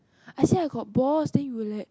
I say I got balls then you would like